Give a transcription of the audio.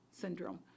syndrome